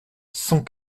cent